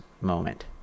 moment